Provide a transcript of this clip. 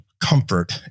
comfort